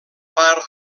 part